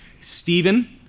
Stephen